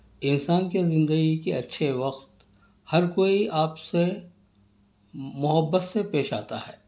انسان کے زندگی کے اچھے وقت ہر کوئی آپ سے محبت سے پیش آتا ہے